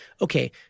Okay